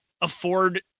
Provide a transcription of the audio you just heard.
afford